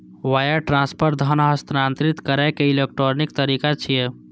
wire transfer धन हस्तांतरित करै के इलेक्ट्रॉनिक तरीका छियै